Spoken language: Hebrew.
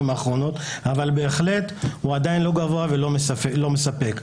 האחרונות אבל בהחלט הוא עדין לא גבוה ולא מספק.